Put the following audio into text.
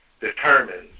determines